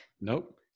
Nope